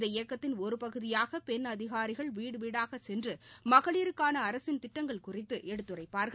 இந்த இயக்கத்தின் இருபகுதியாகபெண் அதிகாரிகள் வீடுவீடாகச் சென்றுமகளிருக்கானஅரசின் திட்டங்கள் குறித்துஎடுத்துரைப்பார்கள்